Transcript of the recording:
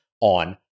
on